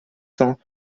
cents